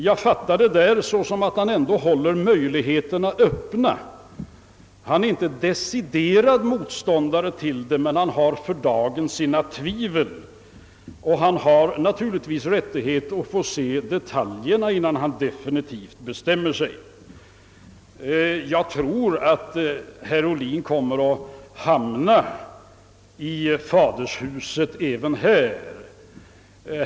Jag fattar detta så att han ändå håller möjligheterna öppna. Han är inte någon deciderad motståndare till den, men han har för dagen sina tvivel. Han har naturligtvis rättighet att få se detaljerna innan han definitivt bestämmer sig. Jag tror att herr Ohlin kommer att hamna i fadershuset även härvidlag.